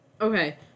Okay